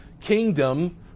kingdom